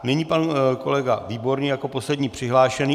Nyní pan kolega Výborný jako poslední přihlášený.